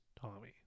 Tommy